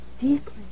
deeply